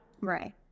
Right